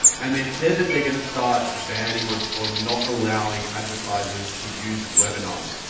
and they said that they're gonna start banning or or not allowing advertisers to use webinars,